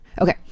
Okay